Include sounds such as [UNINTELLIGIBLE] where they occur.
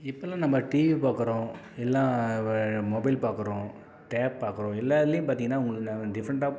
இப்போலாம் நம்ம டிவி பார்க்குறோம் எல்லாம் மொபைல் பார்க்குறோம் டேப் பார்க்குறோம் எல்லா இதுலையும் பார்த்திங்கனா உங்களுக்கு [UNINTELLIGIBLE] டிஃப்ரண்ட் ஆஃப்